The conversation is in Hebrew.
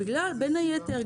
בין היתר.